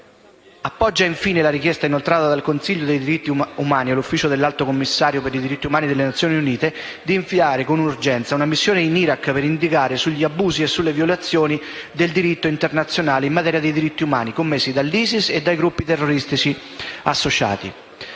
appoggia, infine, la richiesta, inoltrata dal Consiglio dei diritti umani all'ufficio dell'Alto commissario per i diritti umani delle Nazioni Unite, di inviare con urgenza una missione in Iraq per indagare sugli abusi e sulle violazioni del diritto internazionale in materia di diritti umani commessi dall'ISIS e dai gruppi terroristici associati.